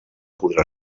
podrà